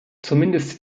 zumindest